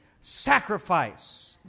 sacrifice